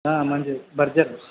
మంచిది బర్గర్